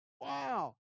Wow